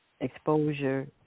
exposure